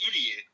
idiot